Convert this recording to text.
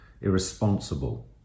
irresponsible